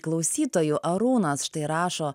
klausytojų arūnas štai rašo